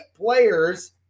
players